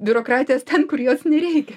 biurokratijos ten kur jos nereikia